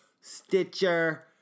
stitcher